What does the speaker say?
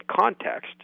context